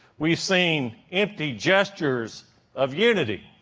we've seen empty gestures of unity